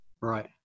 Right